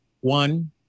One